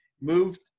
Moved